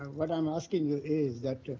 what i'm asking you is that